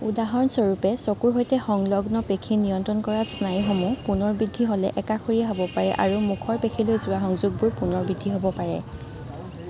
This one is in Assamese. উদাহৰণস্বৰূপে চকুৰ সৈতে সংলগ্ন পেশী নিয়ন্ত্ৰণ কৰা স্নায়ুসমূহ পুনৰ বৃদ্ধি হ'লে একাষৰীয়া হ'ব পাৰে আৰু মুখৰ পেশীলৈ যোৱা সংযোগবোৰ পুনৰ বৃদ্ধি হ'ব পাৰে